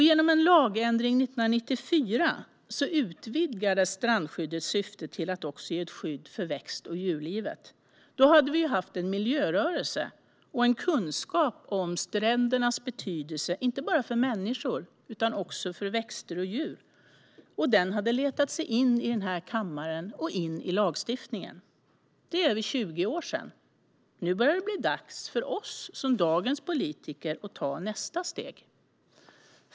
Genom en lagändring 1994 utvidgades strandskyddets syfte till att också ge skydd för växt och djurlivet. Då hade vi haft en miljörörelse, och en kunskap om strändernas betydelse, inte bara för människor utan också för växter och djur, hade letat sig in i den här kammaren och i lagstiftningen. Det är över 20 år sedan. Nu börjar det bli dags för oss som dagens politiker att ta nästa steg.